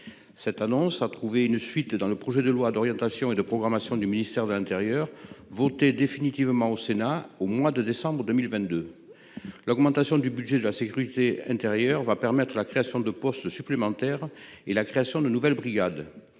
Cette annonce a trouvé une suite dans le projet de loi d'orientation et de programmation du ministère de l'Intérieur voté définitivement au Sénat au mois de décembre 2022. L'augmentation du budget de la sécurité intérieure va permettre la création de postes supplémentaires et la création de nouvelles brigades